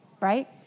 Right